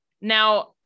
now